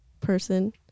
person